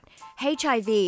HIV